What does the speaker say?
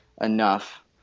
enough